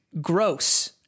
gross